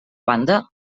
banda